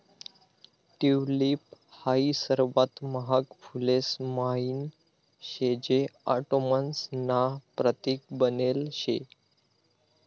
tulip हाई सर्वात महाग फुलेस म्हाईन शे जे ऑटोमन्स ना प्रतीक बनेल शे